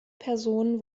personen